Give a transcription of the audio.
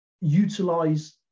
utilize